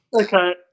okay